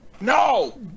No